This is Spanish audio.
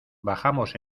bajamos